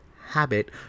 habit